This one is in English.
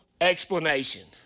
explanation